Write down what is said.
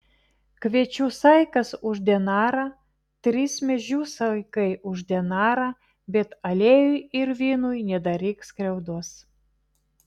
kviečių saikas už denarą trys miežių saikai už denarą bet aliejui ir vynui nedaryk skriaudos